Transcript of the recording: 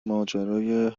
ماجرای